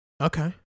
Okay